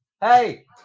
Hey